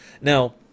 Now